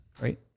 Right